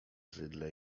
zydle